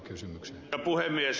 herra puhemies